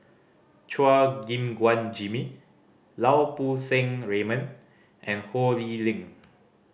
Chua Gim Guan Jimmy Lau Poo Seng Raymond and Ho Lee Ling